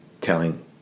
telling